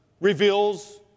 reveals